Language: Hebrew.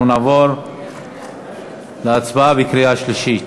אנחנו נעבור להצבעה בקריאה שלישית.